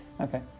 Okay